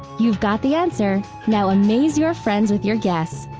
you've got the answer now amaze your friends with your guess!